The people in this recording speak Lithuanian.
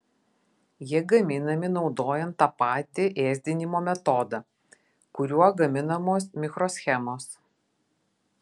jie gaminami naudojant tą patį ėsdinimo metodą kuriuo gaminamos mikroschemos